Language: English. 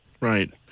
right